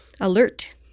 alert